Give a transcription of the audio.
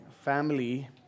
family